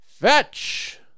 Fetch